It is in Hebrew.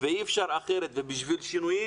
ואי אפשר אחרת ובשביל שינויים,